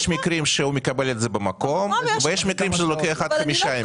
יש מקרים שהוא מקבל את זה במקום ויש מקרים שזה אורך עד חמישה ימים.